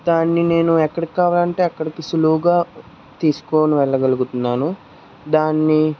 దాన్ని నేను ఎక్కడికి కావాలంటే అక్కడికి సులువుగా తీసుకోని వెళ్ళగలుగుతున్నాను దాన్ని